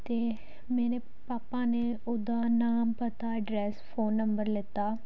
ਅਤੇ ਮੇਰੇ ਪਾਪਾ ਨੇ ਉਹਦਾ ਨਾਮ ਪਤਾ ਐਡਰੈਸ ਫੋਨ ਨੰਬਰ ਲਿੱਤਾ